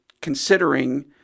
considering